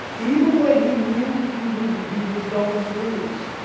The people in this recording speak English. even when he knew he was he was going to lose,